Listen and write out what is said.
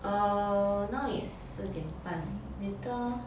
err now is 四点半 later